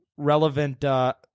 Relevant